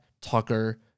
Tucker